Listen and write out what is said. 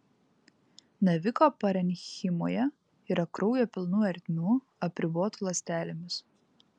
naviko parenchimoje yra kraujo pilnų ertmių apribotų ląstelėmis